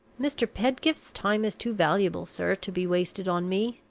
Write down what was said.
mr. pedgift's time is too valuable, sir, to be wasted on me,